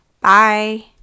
Bye